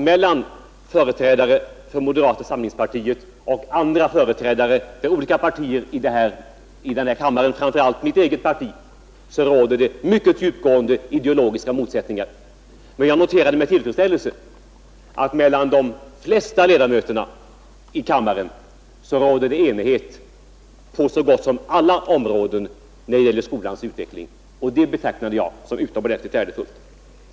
Mellan företrädare för moderata samlingspartiet och företrädare för andra partier i denna kammare — framför allt då de som företräder mitt eget parti — råder det mycket djupgående ideologiska motsättningar. Men jag noterade med tillfredsställelse att det mellan de flesta ledamöterna i kammaren råder enighet på så gott som alla områden när det gäller skolans utveckling, och det betraktar jag som utomordentligt värdefullt.